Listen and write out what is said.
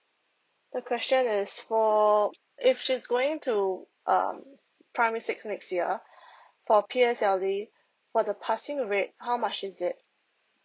the question is for if she's going to um primary six next year for P_S_L_E for the passing rate how much is it